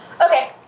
Okay